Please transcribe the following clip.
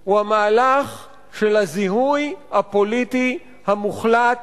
הוא המהלך של הזיהוי הפוליטי המוחלט